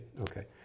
Okay